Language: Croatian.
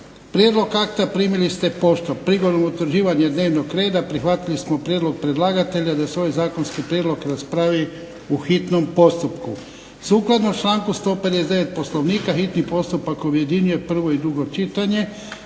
Prijedlog akta primili ste poštom. Prigodom utvrđivanja dnevnog reda prihvatili smo prijedlog predlagatelja da se ovaj zakonski prijedlog raspravi u hitnom postupku. Sukladno članku 159. Poslovnika hitni postupak objedinjuje prvo i drugo čitanje.